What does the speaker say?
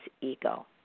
ego